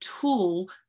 tool